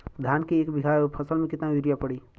धान के एक बिघा फसल मे कितना यूरिया पड़ी?